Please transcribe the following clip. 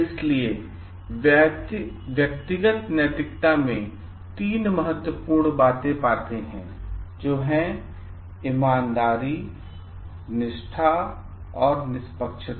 इसलिए हम व्यक्तिगत नैतिकता में 3 महत्वपूर्ण बातें पाते हैंईमानदारी निष्ठा और निष्पक्षता